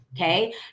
Okay